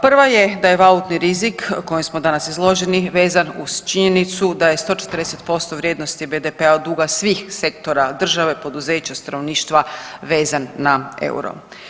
Prva je da je valutni rizik kojem smo danas izloženi vezan uz činjenicu da je 140% vrijednosti BDP-a od duga svih sektora države, poduzeća, stanovništva vezan na euro.